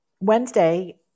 Wednesday